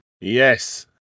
yes